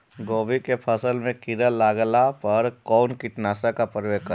गोभी के फसल मे किड़ा लागला पर कउन कीटनाशक का प्रयोग करे?